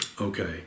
okay